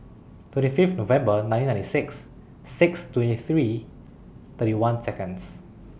twenty Fifth November nineteen ninety six six twenty three thirty one Seconds